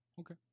Okay